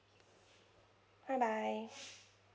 bye bye